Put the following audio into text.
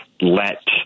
let